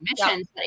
missions